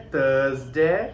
Thursday